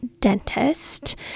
dentist